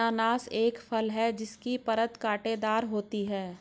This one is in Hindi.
अनन्नास एक फल है जिसकी परत कांटेदार होती है